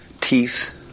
teeth